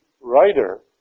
writer